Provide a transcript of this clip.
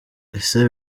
ese